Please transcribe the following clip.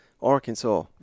Arkansas